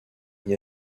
n’y